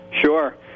Sure